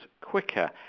quicker